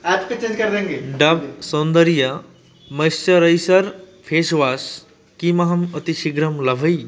Dove सौन्दर्यं moisturiser face wash किमहम् अतिशीघ्रं लभै